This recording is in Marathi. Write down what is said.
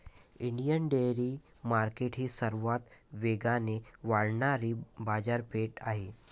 इंडियन डेअरी मार्केट ही सर्वात वेगाने वाढणारी बाजारपेठ आहे